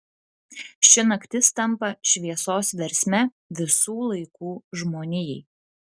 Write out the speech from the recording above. ši naktis tampa šviesos versme visų laikų žmonijai